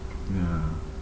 ya